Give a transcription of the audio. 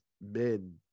men